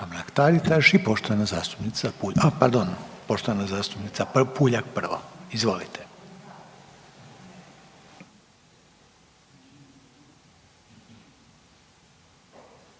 Mrak Taritaš i poštovana zastupnica Puljak, a pardon, poštovana zastupnica Puljak prvo, izvolite.